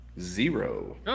Zero